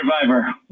survivor